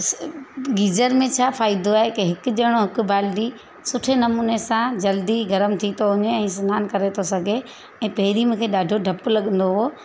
geyser में छा फ़ाइदो आहे की हिकु ॼणो हिकु बाल्टी सुठे नमूने सां जल्दी गरमु थी थो वञे ऐं सनानु करे थो सघे ऐं पहिरीं मूंखे ॾाढो ॾपु लॻंदो हो